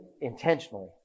intentionally